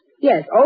Yes